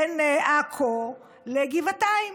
בין עכו לגבעתיים.